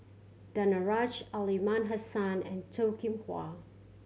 Danaraj Aliman Hassan and Toh Kim Hwa